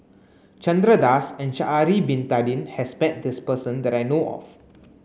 Chandra Das and Sha'ari bin Tadin has bet this person that I know of